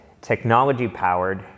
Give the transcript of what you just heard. technology-powered